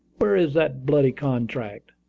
where is that bloody contract?